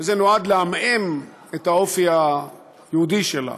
וזה נועד לעמעם את האופי היהודי שלה,